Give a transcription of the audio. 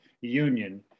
Union